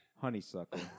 Honeysuckle